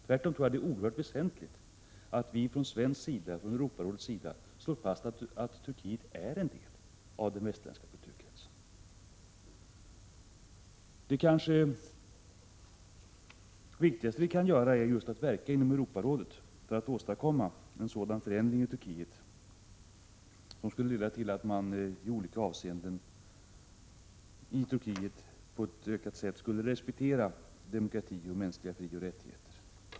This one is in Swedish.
Tvärtom tror jag att det är oerhört väsentligt att vi från svensk sida och från Europarådets sida slår fast att Turkiet är en del av den västerländska kulturkretsen. Det kanske viktigaste vi kan göra är just att inom Europarådet verka för en sådan förändring i Turkiet att man där skulle respektera demokrati och mänskliga frioch rättigheter.